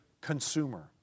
consumer